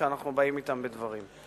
ואנחנו באים אתם בדברים.